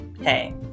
hey